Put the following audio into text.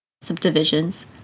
subdivisions